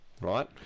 right